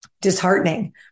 disheartening